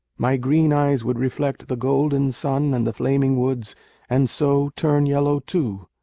my green eyes would reflect the golden sun and the flaming woods and so turn yellow too.